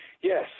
yes